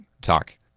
talk